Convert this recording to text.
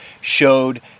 showed